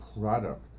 product